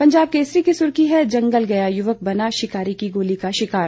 पंजाब केसरी की सुर्खी है जंगल गया यूवक बना शिकारी की गोली का शिकार